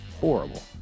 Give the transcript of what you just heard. Horrible